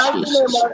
Jesus